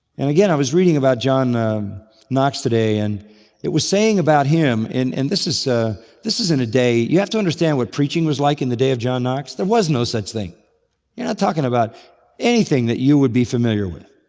and again, i was reading about john knox today and it was saying about him, and this is ah this is in a day. you have to understand what preaching was like in the day of john knox. there was no such thing. they're not talking about anything that you would be familiar with.